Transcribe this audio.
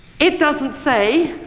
it doesn't say,